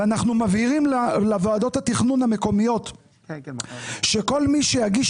ומבהירים לוועדות התכנון המקומיות שכל מי שיגיש